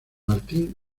martin